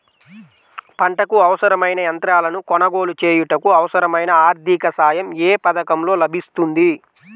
పంటకు అవసరమైన యంత్రాలను కొనగోలు చేయుటకు, అవసరమైన ఆర్థిక సాయం యే పథకంలో లభిస్తుంది?